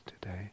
today